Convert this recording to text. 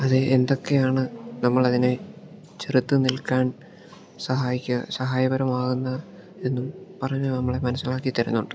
അല്ലേ എന്തൊക്കെയാണ് നമ്മളതിനെ ചെറുത്ത് നിൽക്കാൻ സഹായിക്കാൻ സഹായപരമാകുന്ന എന്നും പറഞ്ഞ് നമ്മളെ മനസ്സിലാക്കി തരുന്നുണ്ട്